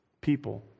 people